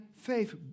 faith